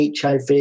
HIV